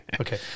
Okay